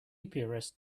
apiarist